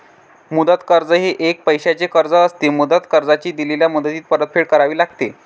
मुदत कर्ज हे एक पैशाचे कर्ज असते, मुदत कर्जाची दिलेल्या मुदतीत परतफेड करावी लागते